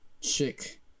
chick